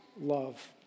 love